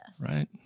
Right